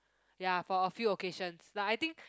ya for a few occasions like I think